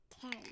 ten